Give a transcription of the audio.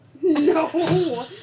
No